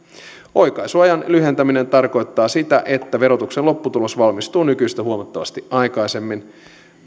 oikaisuajan lyhentäminen tarkoittaa sitä että verotuksen lopputulos valmistuu nykyistä huomattavasti aikaisemmin